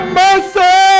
mercy